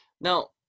Now